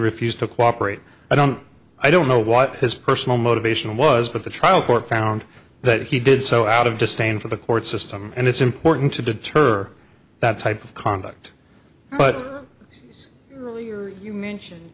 refused to cooperate i don't i don't know what his personal motivation was but the trial court found that he did so out of disdain for the court system and it's important to deter that type of conduct but you mention